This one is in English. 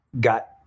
got